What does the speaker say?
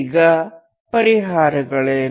ಈಗ ಪರಿಹಾರಗಳೇನು